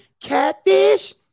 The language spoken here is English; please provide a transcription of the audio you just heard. catfish